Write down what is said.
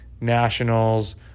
Nationals